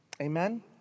Amen